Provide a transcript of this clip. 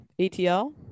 ATL